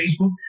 Facebook